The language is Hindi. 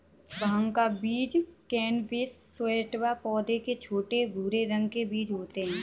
भाँग का बीज कैनबिस सैटिवा पौधे के छोटे, भूरे रंग के बीज होते है